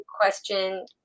question